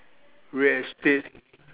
real estate